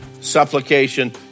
supplication